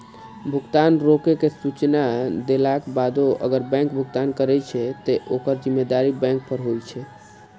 भुगतान रोकै के सूचना देलाक बादो अगर बैंक भुगतान करै छै, ते ओकर जिम्मेदारी बैंक पर होइ छै